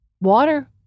Water